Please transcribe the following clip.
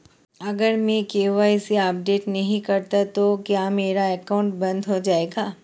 अगर मैं KYC update नहीं करता तो क्या मेरा अकाउंट बंद हो जाएगा?